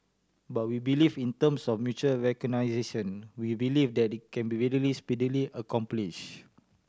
but we believe in terms of mutual recognition we believe that can be readily and speedily accomplished